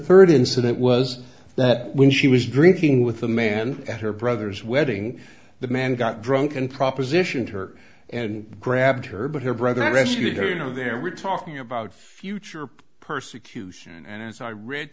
third incident was that when she was drinking with the man at her brother's wedding the man got drunk and propositioned her and grabbed her but her brother arrested her you know there we're talking about future persecution and as i read